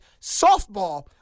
softball